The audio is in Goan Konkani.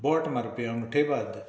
बोट मारपी अंगठेबाद